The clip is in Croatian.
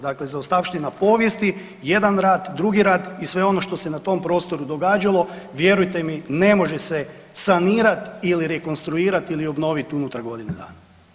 Dakle, zaostavština povijesti, jedan rad, drugi rat i sve ono što se na tom prostoru događalo vjerujte mi ne može se sanirati ili rekonstruirati ili obnovit unutar godine dana.